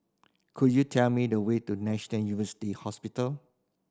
could you tell me the way to National University Hospital